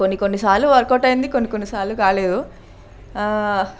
కొన్ని కొన్ని సార్లు వర్క్ అవుట్ అయింది కొన్ని కొన్ని సార్లు కాలేదు